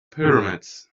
pyramids